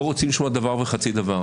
לא רוצים לשמוע דבר וחצי דבר.